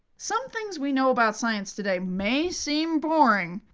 some things we know about science today may seem boring,